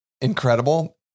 incredible